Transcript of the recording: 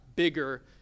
Bigger